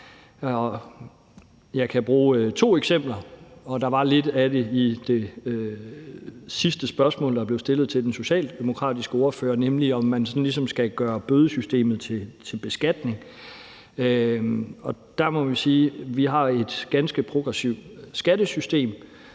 Jeg kan nævne to eksempler, og der var lidt af det ene i det sidste spørgsmål, der blev stillet til den socialdemokratiske ordfører, nemlig om man skal gøre bødesystemet til en beskatning. Der må vi sige, at vi har et progressivt skattesystem,